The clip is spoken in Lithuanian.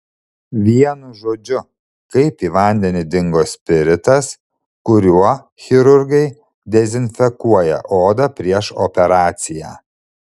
vienu žodžiu kaip į vandenį dingo spiritas kuriuo chirurgai dezinfekuoja odą prieš operaciją